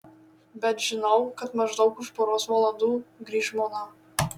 bet žinau kad maždaug už poros valandų grįš žmona